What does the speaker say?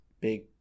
big